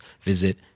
visit